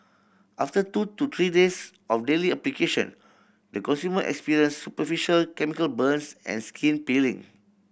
after two to three days of daily application the consumer experienced superficial chemical burns and skin peeling